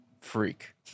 freak